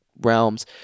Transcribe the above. realms